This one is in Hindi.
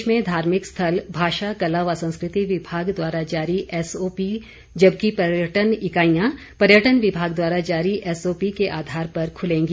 प्रदेश में धार्मिक स्थल भाषा कला व संस्कृति विभाग द्वारा जारी एसओपी जबकि पयर्टन इकाईयां पयर्टन विभाग द्वारा जारी एसओपी के आधार पर खुलेंगी